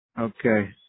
Okay